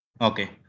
okay